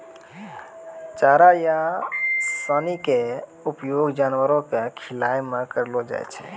चारा या सानी के उपयोग जानवरों कॅ खिलाय मॅ करलो जाय छै